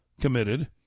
committed